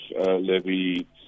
levy